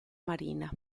marina